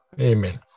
Amen